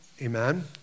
Amen